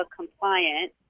compliant